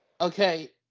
Okay